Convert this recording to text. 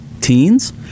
teens